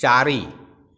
चारि